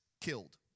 killed